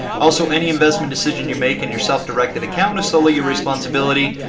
also, any investment decision you make in your self-directed account is solely your responsibility.